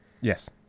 Yes